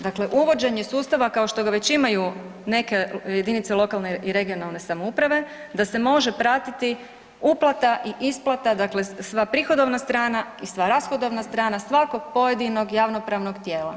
Dakle, uvođenje sustava kao što ga već imaju neke jedinice lokalne i regionalne samouprave da se može pratiti uplata i isplata, dakle sva prihodovna strana i sva rashodovna strana svakog pojedinog javnopravnog tijela.